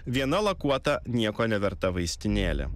viena lakuota nieko neverta vaistinėlė